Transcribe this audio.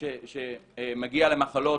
שמגיע למחלות,